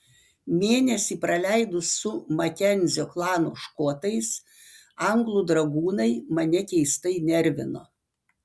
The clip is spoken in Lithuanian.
mėnesį praleidus su makenzio klano škotais anglų dragūnai mane keistai nervino